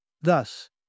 Thus